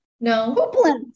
No